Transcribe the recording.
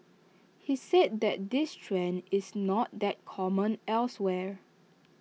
he said that this trend is not that common elsewhere